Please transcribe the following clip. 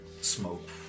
smoke